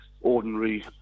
Ordinary